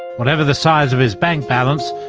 whatever the size of his bank balance,